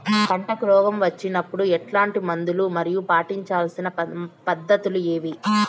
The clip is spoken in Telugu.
పంటకు రోగం వచ్చినప్పుడు ఎట్లాంటి మందులు మరియు పాటించాల్సిన పద్ధతులు ఏవి?